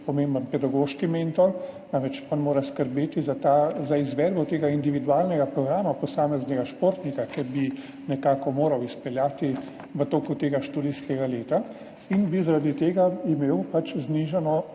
pomemben pedagoški mentor, namreč on mora skrbeti za izvedbo tega individualnega programa posameznega športnika, kar bi nekako moral izpeljati v toku tega študijskega leta in bi imel zaradi tega znižano